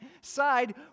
side